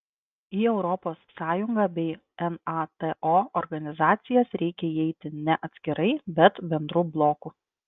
į europos sąjungą bei nato organizacijas reikia įeiti ne atskirai bet bendru bloku